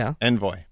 Envoy